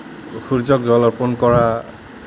সূৰ্যক জল অৰ্পণ কৰা